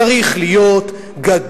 צריך להיות גדול,